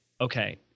okay